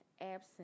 absent